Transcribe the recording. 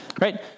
right